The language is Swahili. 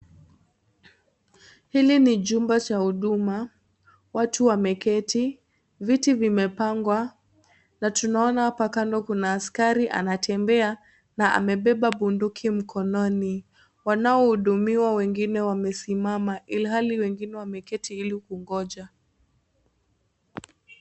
Hili ni chumba cha Huduma l,watu wameketi, viti vimepangwa na tunaona paka ndogo na askari anatembea na amebeba bunduki mkononi . Wanaohudumiwa wengine wamesimama ilhali wengine wameketi ili kungoja.